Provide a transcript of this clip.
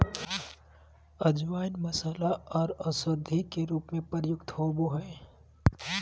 अजवाइन मसाला आर औषधि के रूप में प्रयुक्त होबय हइ